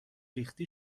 ریختی